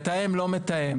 מתאם לא מתאם